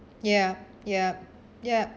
yup yup yup